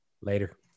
Later